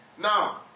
Now